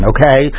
Okay